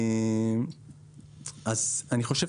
אני חושב